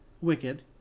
Wicked